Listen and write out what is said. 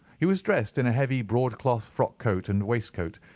he was dressed in a heavy broadcloth frock coat and waistcoat,